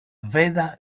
sveda